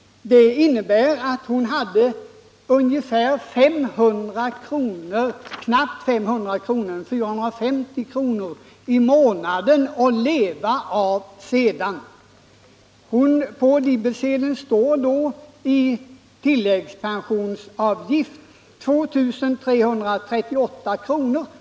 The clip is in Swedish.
Det innebär att hon hade 450 kr. i månaden att leva av. På debetsedeln står 2 338 kr. i tilläggspensionsavgift.